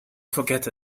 forget